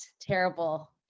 terrible